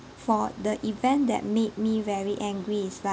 for the event that made me very angry is like